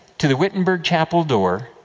to the wittenberg chapel door,